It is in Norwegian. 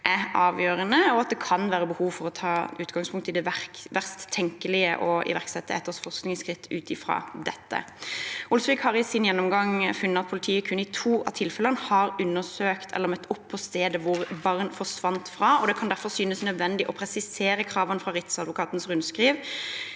er avgjørende, og at det kan være behov for å ta utgangspunkt i det verst tenkelige og iverksette etterforskningsskritt ut fra dette. Olsvik har i sin gjennomgang funnet at politiet kun i to av tilfellene har undersøkt eller møtt opp på stedet hvor barn forsvant fra. Det kan derfor synes nødvendig å presisere kravene fra Riksadvokatens rundskriv